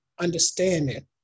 understanding